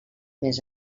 més